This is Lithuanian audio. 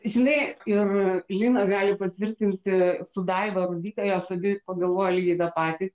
žinai ir lina gali patvirtinti su daiva rudyte jos abi pagalvojo lygiai tą patį